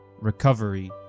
recovery